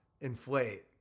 inflate